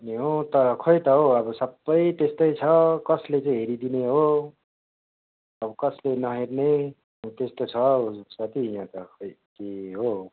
पर्ने हो तर खोइ त हौ सबै त्यस्तै छ कसले चाहिँ हेरिदिने हो अब कसले नहेर्ने त्यस्तो छ हौ साथी यहाँ त खै के हो हो